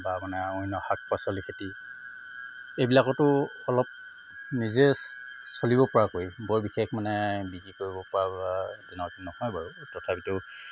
বা মানে অন্য শাক পাচলি খেতি এইবিলাকতো অলপ নিজে চলিব পৰাকৈ বৰ বিশেষ মানে বিক্ৰী কৰিব পৰা তেনেকুৱাটো নহয় বাৰু তথাপিতো